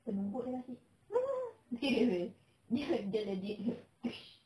penumbuk dia kasih serious dia dia legit